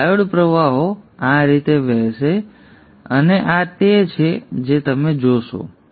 તેથી ડાયોડ પ્રવાહો આ રીતે વહેશે અને આ તે છે જે તમે ખરેખર જોશો